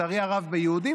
לצערי הרב ביהודים.